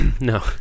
No